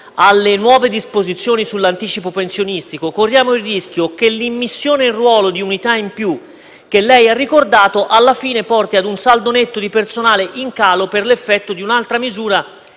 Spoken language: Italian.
alle nuove disposizioni sull'anticipo pensionistico, corriamo il rischio che l'immissione in ruolo di unità in più che lei ha ricordato alla fine porti a un saldo netto di personale in calo per l'effetto di un'altra misura